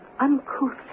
uncouth